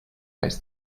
weighs